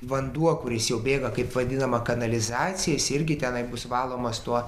vanduo kuris jau bėga kaip vadinama kanalizacija jis irgi tenai bus valomas tuo